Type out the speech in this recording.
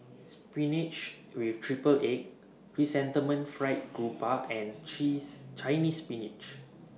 Spinach with Triple Egg Chrysanthemum Fried Garoupa and Cheese Chinese Spinach